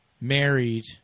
married